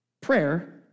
Prayer